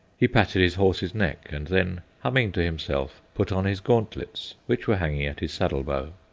he patted his horse's neck, and then, humming to himself, put on his gauntlets, which were hanging at his saddle bow,